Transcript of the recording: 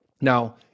Now